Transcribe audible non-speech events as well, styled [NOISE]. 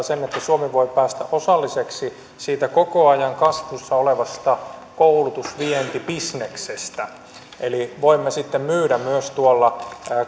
[UNINTELLIGIBLE] sen että suomi voi päästä osalliseksi siitä koko ajan kasvussa olevasta koulutusvientibisneksestä eli voimme sitten myydä myös tuolla